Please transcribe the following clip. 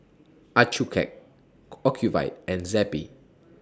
Accucheck Ocuvite and Zappy